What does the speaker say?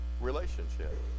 relationship